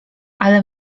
ale